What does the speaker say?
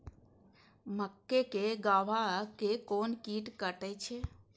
मक्के के गाभा के कोन कीट कटे छे?